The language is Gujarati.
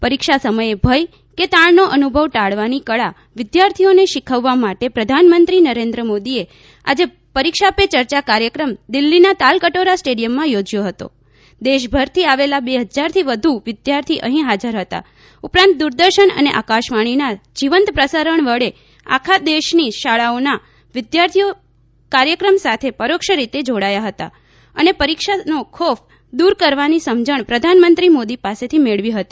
પરીક્ષા સમયે ભય કે તાણ નો અનુભવ ટાળવાની કળા વિદ્યાર્થીઓ ને શીખવવા માટે પ્રધાનમંત્રી નરેન્દ્ર મોદીએ આજે પરીક્ષા પે ચર્ચા કાર્યક્રમ દિલ્લીના તાલકટોરા સ્ટેડિયમમાં યોજ્યો હતો દેશભર થી આવેલા બે હજારથી વધુ વિદ્યાર્થી અહી હાજર હતા ઉપરાંત દૂરદર્શન અને આકાશવાણી ના જીવંત પ્રસારણ વડે આખા દેશ ની શાળાઓના વિદ્યાર્થીઓ કાર્યક્રમ સાથે પરોક્ષરીતે જોડાથા હતા અને પરીક્ષા નો ખોફ દૂર કરવાની સમજણ પ્રધાનમંત્રી મોદી પાસે થી મેળવી હતી